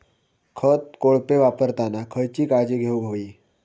खत कोळपे वापरताना खयची काळजी घेऊक व्हयी?